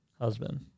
husband